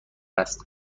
است